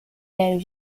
their